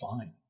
fine